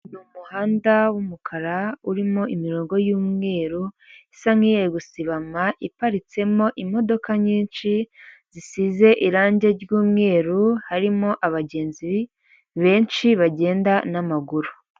uyu muhanda w’ umukara urimo imirongo y ’ umweru isa nkigiye gusibama. iparitsemo imodoka nyinshi zisize irangi ry’ umweru, harimo abagenzi benshi bagenda n'amaguru.